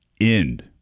end